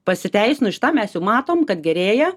pasiteisinus šitam mes jau matom kad gerėja